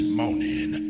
morning